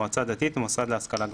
מועצה דתית ומוסד להשכלה גבוהה.